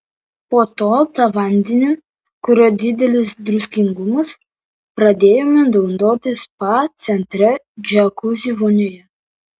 po to tą vandenį kurio didelis druskingumas pradėjome naudoti spa centre džiakuzi vonioje